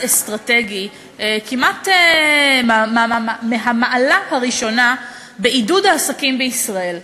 אסטרטגי כמעט מהמעלה הראשונה בעידוד העסקים בישראל,